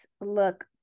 look